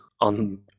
on